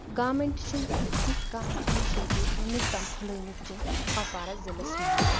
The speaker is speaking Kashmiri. گارمٮ۪نٛٹ چھِنہٕ تِتھۍ کانٛہہ اِنِشیٹِو وٕنیُک تام کھُلٲومٕتۍ کینٛہہ کَپوارہ ضِلَس منٛز